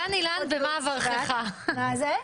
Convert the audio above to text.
בבקשה.